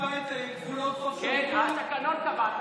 מותר לקלל שר בישראל?